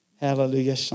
Hallelujah